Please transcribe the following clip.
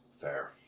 Fair